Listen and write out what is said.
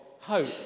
hope